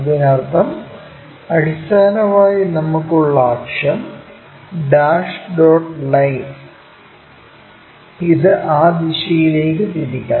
അതിനർത്ഥം അടിസ്ഥാനപരമായി നമുക്ക് ഉള്ള അക്ഷം ഡാഷ് ഡോട്ട് ലൈൻ ഇത് ആ ദിശയിലേക്ക് തിരിക്കണം